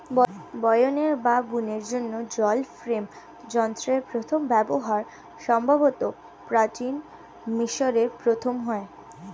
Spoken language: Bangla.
বয়নের বা বুননের জন্য জল ফ্রেম যন্ত্রের প্রথম ব্যবহার সম্ভবত প্রাচীন মিশরে প্রথম হয়